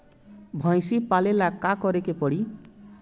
भइसी पालेला का करे के पारी?